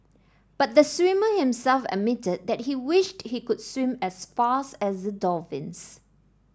but the swimmer himself admitted that he wished he could swim as fast as the dolphins